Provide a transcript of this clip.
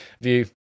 view